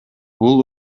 бул